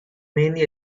mainly